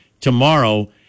tomorrow